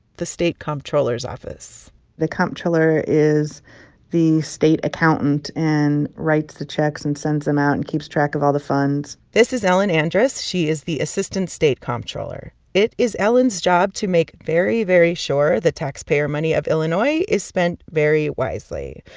the state comptroller's office the comptroller is the state accountant and writes the checks and sends them out and keeps track of all the funds this is ellen andres. she is the assistant state comptroller. it is ellen's job to make very, very sure the taxpayer money of illinois is spent very wisely.